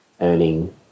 earning